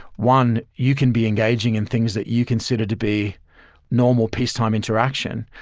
one, you can be engaging in things that you consider to be normal peacetime interaction,